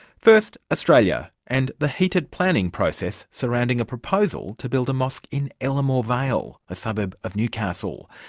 first australia, and the heated planning process surrounding a proposal to build a mosque in elermore vale, a suburb of newcastle.